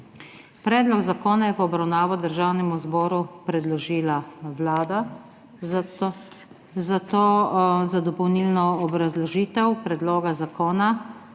Predlog zakona je v obravnavo Državnemu zboru predložila Vlada in za dopolnilno obrazložitev predloga zakona